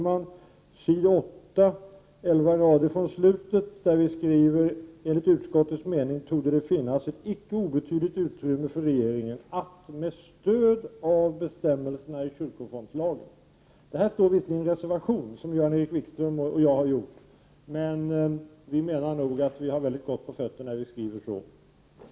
På s. 8 skriver vi: ”Enligt utskottets mening torde det finnas ett icke obetydligt utrymme för regeringen att med stöd av bestämmelserna i kyrkofondslagen ge bidrag till gåvan av jubileumsbibeln.” Visserligen står detta i en reservation som bl.a. Jan-Erik Wikström och jag gjort, men jag menar att vi har mycket gott på fötterna när vi skriver så.